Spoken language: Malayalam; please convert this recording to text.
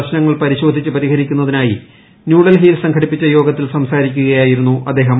പ്രശ്നങ്ങൾ പരിശോധിച്ച് പരിഹരിക്കുന്നതായി ന്യൂഡൽഹിയിൽ സംഘടിപ്പിച്ച യോഗത്തിൽ സംസാരിക്കുകയായിരുന്നു അദ്ദേഹം